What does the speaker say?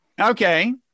Okay